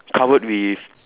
covered with